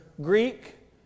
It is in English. Greek